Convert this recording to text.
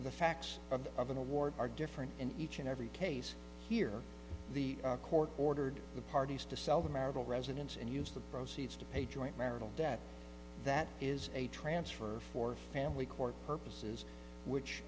the facts of the of an award are different in each and every case here the court ordered the parties to sell the marital residence and use the proceeds to a joint marital debt that is a transfer for family court purposes which